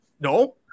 No